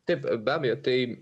taip be abejo tai